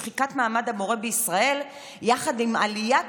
של שחיקת מעמד המורה בישראל יחד עם עליית